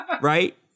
Right